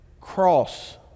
cross